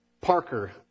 Parker